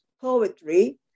poetry